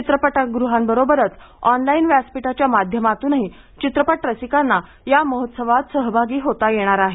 चित्रपटगृहांबरोबरच online व्यासपीठाच्या माध्यमातूनही चित्रपटरसिकांना या महोत्सवात सहभागी होता येणार आहे